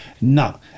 no